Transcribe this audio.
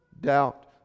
doubt